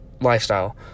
lifestyle